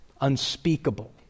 unspeakable